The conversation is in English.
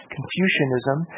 Confucianism